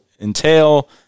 entail